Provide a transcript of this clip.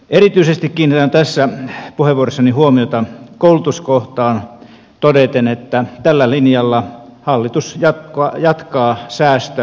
kiinnitän tässä puheenvuorossani erityisesti huomiota koulutuskohtaan todeten että tällä linjalla hallitus jatkaa säästölinjaansa